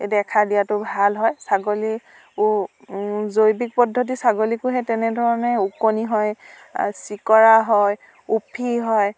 দেখা দিয়াতো ভাল হয় ছাগলী ও জৈৱিক পদ্ধতি ছাগলীকো সেই তেনেধৰণে ওকণি হয় চিকৰা হয় উফি হয়